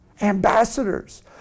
Ambassadors